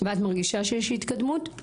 ואת מרגישה שיש התקדמות?